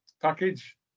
package